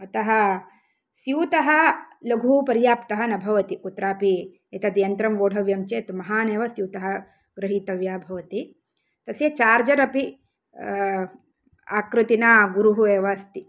अतः स्यूतः लघुः पर्याप्तः न भवति कुत्रापि एतत् यन्त्रं व्योढव्यं चेत् महान् एव स्यूतः गृहीतव्य भवति तस्य चार्जर् अपि आकृतिना गुरुः एव अस्ति